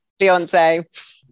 Beyonce